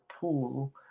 pool